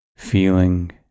feeling